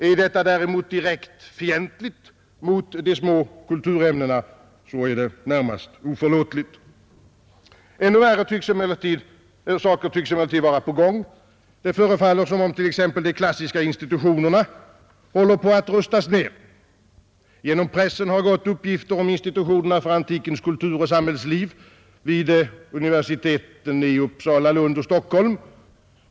Är det däremot direkt fientligt mot de små kulturämnena så är det närmast oförlåtligt. Ännu värre saker tycks emellertid vara på gång. Det förefaller t.ex. som om de klassiska institutionerna håller på att rustas ned. Genom pressen har gått uppgifter om institutionerna för antikens kultur och samhällsliv vid universiteten i Uppsala, Lund och Stockholm.